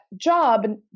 job